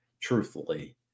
truthfully